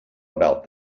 about